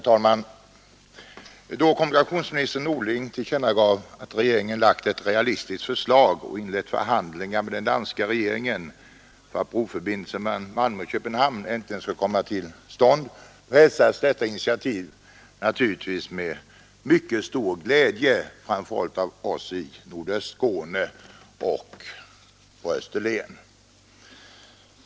Herr talman! Då kommunikationsminister Norling tillkännagav att regeringen framlagt ett realistiskt förslag och inlett förhandlingar med den danska regeringen för att broförbindelsen mellan Malmö och Köpenhamn äntligen skulle komma till stånd, hälsades detta initiativ naturligtvis med mycket stor glädje, framför allt av oss i Nordöstskåne och Österlen.